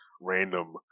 random